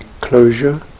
closure